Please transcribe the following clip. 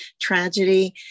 tragedy